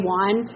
one